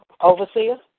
Overseer